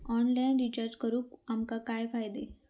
Online recharge करून आमका काय फायदो?